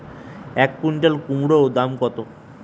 এক কুইন্টাল কুমোড় দাম কত?